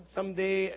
Someday